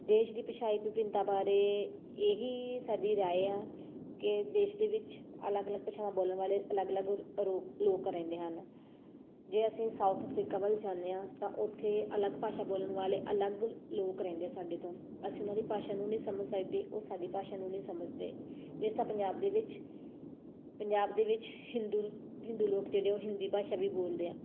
ਦੇਸ਼ ਦੀ ਭਾਸ਼ਾਈ ਵਿਭਿੰਨਤਾ ਬਾਰੇ ਇਹ ਹੀ ਸਾਡੀ ਰਾਏ ਆ ਕਿ ਦੇਸ਼ ਦੇ ਵਿੱਚ ਅਲੱਗ ਅਲੱਗ ਭਾਸ਼ਾਵਾਂ ਬੋਲਣ ਵਾਲੇ ਅਲੱਗ ਅਲੱਗ ਰੋਕ ਲੋਕ ਰਹਿੰਦੇ ਹਨ ਜੇ ਅਸੀਂ ਸਾਊਥ ਅਫਰੀਕਾ ਵੱਲ ਜਾਂਦੇ ਹਾਂ ਤਾਂ ਉੱਥੇ ਅਲੱਗ ਭਾਸ਼ਾ ਬੋਲਣ ਵਾਲੇ ਅਲੱਗ ਲੋਕ ਰਹਿੰਦੇ ਸਾਡੇ ਤੋਂ ਅਸੀਂ ਉਹਨਾਂ ਦੀ ਭਾਸ਼ਾ ਨੂੰ ਨਹੀਂ ਸਮਝ ਸਕਦੇ ਉਹ ਸਾਡੀ ਭਾਸ਼ਾ ਨੂੰ ਨਹੀਂ ਸਮਝਦੇ ਇਸ ਦਾ ਪੰਜਾਬ ਦੇ ਵਿੱਚ ਪੰਜਾਬ ਦੇ ਵਿੱਚ ਹਿੰਦੂ ਹਿੰਦੂ ਲੋਕ ਜਿਹੜੇ ਆ ਉਹ ਹਿੰਦੀ ਭਾਸ਼ਾ ਵੀ ਬੋਲਦੇ ਆ